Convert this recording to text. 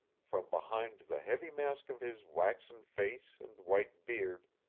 from behind the heavy mask of his waxen face and white beard,